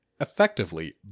Effectively